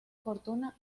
fortuna